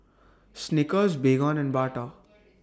Snickers Baygon and Bata